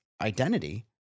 identity